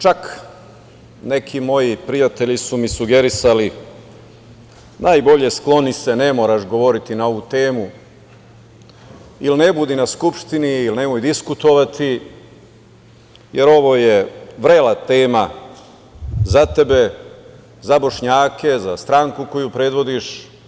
Čak, neki moji prijatelji su mi sugerisali, najbolje skloni se, ne moraš govoriti na ovu temu ili ne budi na Skupštini ili nemoj diskutovati, jer ovo je vrela tema za tebe, za Bošnjake, za stranku koju predvodiš.